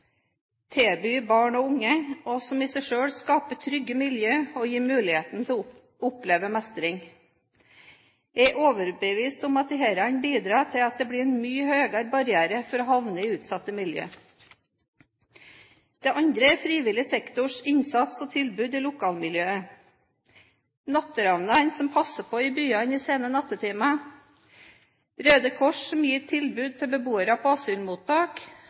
tilbyr barn og unge, noe som i seg selv skaper trygge miljøer og gir muligheten til å oppleve mestring. Jeg er overbevist om at disse bidrar til at det blir mye høyere barriere for å havne i utsatte miljøer. Det andre er frivillig sektors innsats og tilbud til lokalmiljøene. Natteravnene passer på i byene i sene nattetimer, Røde Kors gir tilbud til beboere på asylmottak,